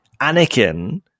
Anakin